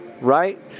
Right